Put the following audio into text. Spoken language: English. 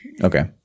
Okay